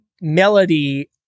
melody